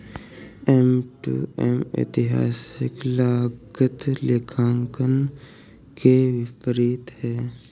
M to M ऐतिहासिक लागत लेखांकन के विपरीत है